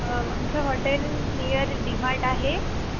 आमचं hotel near DMart आहे